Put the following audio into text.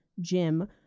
Jim